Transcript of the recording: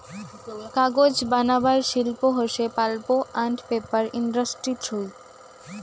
কাগজ বানাবার শিল্প হসে পাল্প আন্ড পেপার ইন্ডাস্ট্রি থুই